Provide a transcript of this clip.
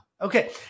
Okay